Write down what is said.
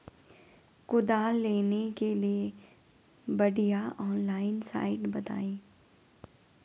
कुदाल लेने के लिए बढ़िया ऑनलाइन साइट बतायें?